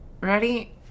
Ready